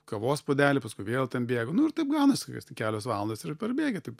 kavos puodelį paskui vėl ten bėgu nu ir taip gaunasi kokios tai kelios valandos ir parbėgi taip